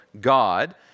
God